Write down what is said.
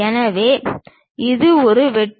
எனவே இது ஒரு வெற்று